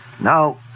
Now